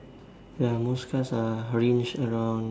ya most cars are ranged about